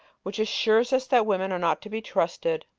which assures us that women are not to be trusted.